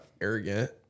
arrogant